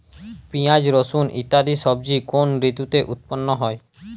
পিঁয়াজ রসুন ইত্যাদি সবজি কোন ঋতুতে উৎপন্ন হয়?